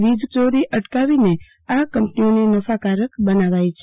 વીજયોરી અટકાવવીને આ કંપનીઓએ નફાકારક બનાવાઈ છે